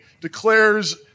declares